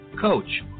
coach